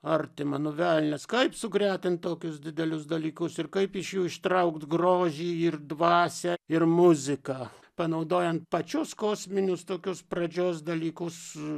artima nu velnias kaip sugretint tokius didelius dalykus ir kaip iš jų ištraukt grožį ir dvasią ir muziką panaudojant pačius kosminius tokius pradžios dalykus